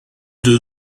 deux